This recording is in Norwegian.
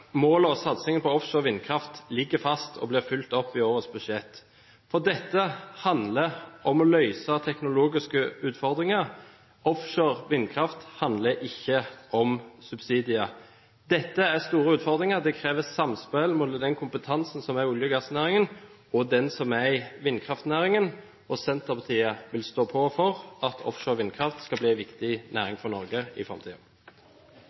målet, og satsingen på offshore vindkraft, ligger fast og blir fulgt opp i årets budsjett. For dette handler om å løse teknologiske utfordringer. Offshore vindkraft handler ikke om subsidier. Dette er store utfordringer. Det krever samspill mellom den kompetansen som er i olje- og gassnæringen, og den som er i vindkraftnæringen, og Senterpartiet vil stå på for at offshore vindkraft blir en viktig næring for Norge i